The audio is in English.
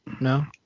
No